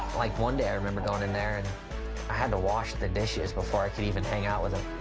like, one day i remember going in there, and i had to wash the dishes before i could even hang out with them.